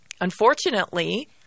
Unfortunately—